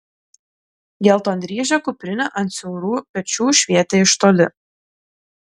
geltondryžė kuprinė ant siaurų pečių švietė iš toli